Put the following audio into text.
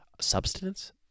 Substance